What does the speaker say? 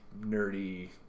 nerdy